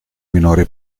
minori